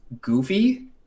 goofy